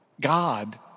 God